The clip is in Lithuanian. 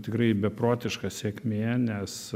tikrai beprotiška sėkmė nes